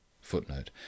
Footnote